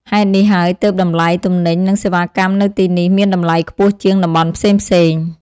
ហេតុនេះហើយ ទើបតម្លៃទំនិញ និងសេវាកម្មនៅទីនេះមានតម្លៃខ្ពស់ជាងតំបន់ផ្សេងៗ។